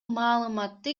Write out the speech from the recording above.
маалыматты